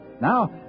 Now